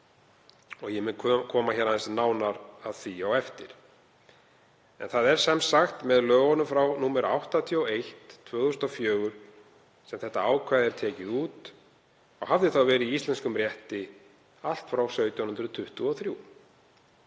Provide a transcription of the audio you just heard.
Ég mun koma aðeins nánar að því á eftir. En það var sem sagt með lögum nr. 81/2004 sem þetta ákvæði var tekið út og hafði þá verið í íslenskum rétti allt frá 1723.